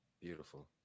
Beautiful